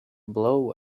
blow